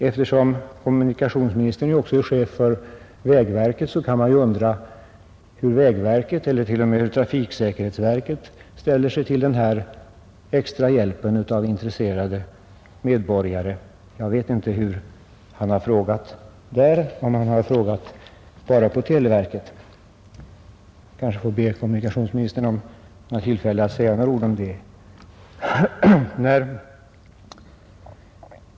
Eftersom kommunikationsministern också är chef för vägverket undrar jag hur man där — eller på trafiksäkerhetsverket — ställer sig till denna extra hjälp från intresserade medborgare. Jag vet inte om kommunikationsministern har frågat vederbörande i de verken, eller om det bara är televerket som har tillfrågats i detta fall. Jag kanske får be kommunikationsministern att säga några ord om den saken.